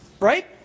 right